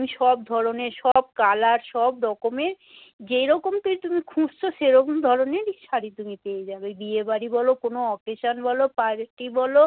তুমি সব ধরনের সব কালার সব রকমের যে রকমটাই তুমি খুঁজছো সেরকম ধরনেরই শাড়ি তুমি পেয়ে যাবে বিয়েবাড়ি বলো কোনো অকেশন বলো পার্টি বলো